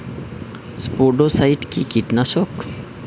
স্পোডোসাইট কি কীটনাশক?